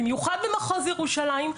במיוחד במחוז ירושלים,